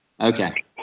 Okay